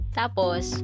tapos